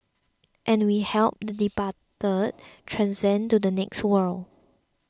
and we help the departed transcend to the next world